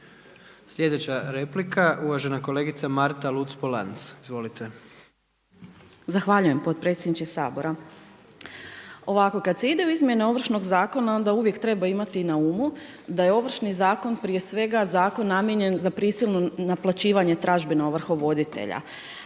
Sljedeća replika, uvažena kolegica Marta Luc-Polanc, izvolite. **Luc-Polanc, Marta (SDP)** Zahvaljujem potpredsjedniče Sabora. Ovako, kad se ide u izmjene Ovršnog zakona onda uvijek treba imati na umu da je Ovršni zakon prije svega zakon namijenjen za prisilno naplaćivanje tražbine ovrhovoditelja.